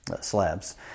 slabs